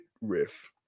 riff